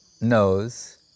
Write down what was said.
knows